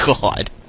God